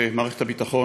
מערכת הביטחון,